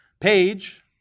page